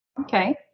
Okay